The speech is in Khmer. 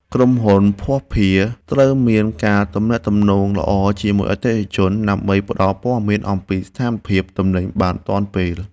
ក្រុមហ៊ុនភស្តុភារត្រូវមានការទំនាក់ទំនងល្អជាមួយអតិថិជន ដើម្បីផ្តល់ព័ត៌មានអំពីស្ថានភាពទំនិញបានទាន់ពេល។